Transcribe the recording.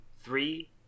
Three